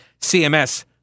CMS